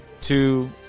two